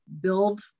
build